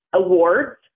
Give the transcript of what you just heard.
awards